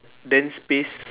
then space